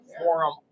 Forum